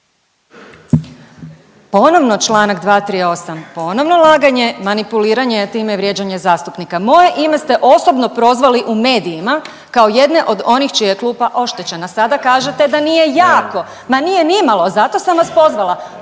Ponovno čl. 238., ponovno laganje, manipuliranje, a time i vrijeđanje zastupnika. Moje ime ste osobno prozvali u medijima kao jedne od onih čija je klupa oštećena, sada kažete da nije jako. Ma nije nimalo, zato sam vas pozvala,